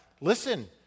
listen